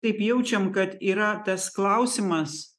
kaip jaučiam kad yra tas klausimas